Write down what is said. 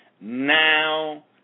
Now